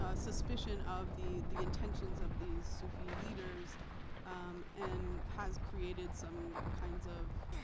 ah suspicion of the the intentions of these sufi leaders and has created some kinds of